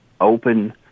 open